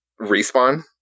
Respawn